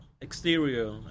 exterior